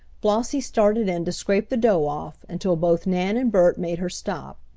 flossie started in to scrape the dough off, until both nan and bert made her stop.